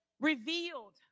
revealed